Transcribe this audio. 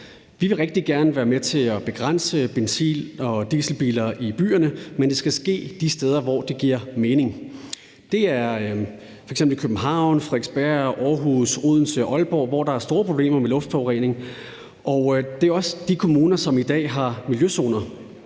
Vi vil rigtig gerne være med til at begrænse antallet af benzin- og dieselbiler i byerne, men det skal ske de steder, hvor det giver mening. Det er f.eks. i København, på Frederiksberg, i Aarhus, Odense og Aalborg, hvor der er store problemer med luftforurening. Det er også de kommuner, som i dag har miljøzoner.